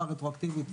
התקופה הרטרואקטיבית,